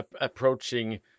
approaching